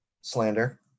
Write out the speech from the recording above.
slander